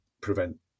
prevent